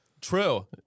True